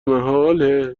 محاله